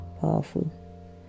powerful